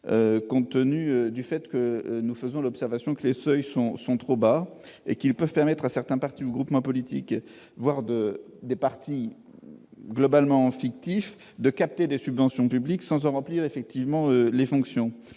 une aide publique au financement. En effet, ces seuils sont trop bas : ils peuvent permettre à certains partis ou groupements politiques, voire à des partis globalement fictifs, de capter des subventions publiques sans remplir effectivement les fonctions